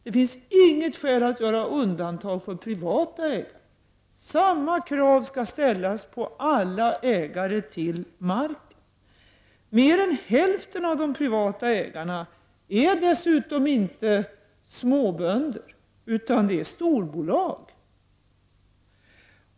Det finns inget skäl att göra undantag för privata ägare. Samma krav skall ställas på alla ägare av marken. Mer än hälften av de privata ägarna är dessutom inte småbönder utan storbolag.